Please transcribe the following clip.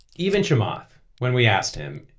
even chamath, when we asked him,